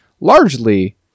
largely